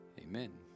Amen